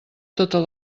totes